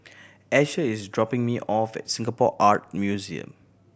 Asher is dropping me off at Singapore Art Museum